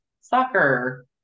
soccer